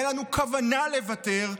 אין לנו כוונה לוותר,